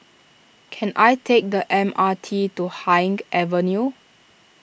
can I take the M R T to Haig Avenue